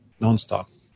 nonstop